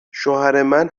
شوهرمن